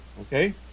Okay